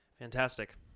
Fantastic